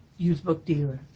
used book dealer.